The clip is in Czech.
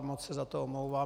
Moc se za to omlouvám.